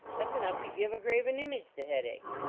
s enough to give a graven image the headache.